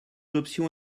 options